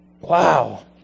Wow